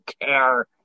care